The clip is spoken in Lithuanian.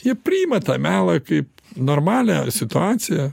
jie priima tą melą kaip normalią situaciją